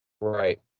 Right